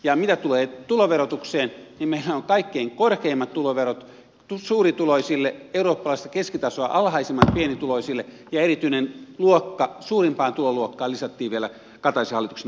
ja mitä tulee tuloverotukseen niin meillä on kaikkein korkeimmat tuloverot suurituloisille eurooppalaista keskitasoa alhaisemmat pienituloisille ja erityinen luokka suurimpaan tuloluokkaan lisättiin vielä kataisen hallituksen aikana